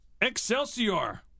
excelsior